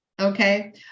okay